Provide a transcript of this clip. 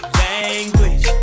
language